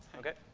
okay.